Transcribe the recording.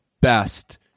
best